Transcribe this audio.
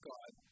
God